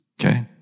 Okay